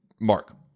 mark